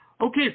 okay